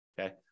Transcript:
Okay